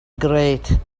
great